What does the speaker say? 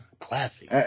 classy